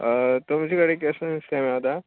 तुमचे कडेन केसलें नुस्तें मेवता